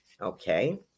okay